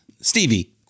Stevie